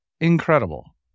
incredible